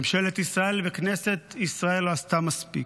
ממשלת ישראל וכנסת ישראל לא עשו מספיק.